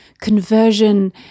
conversion